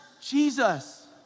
Jesus